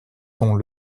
sont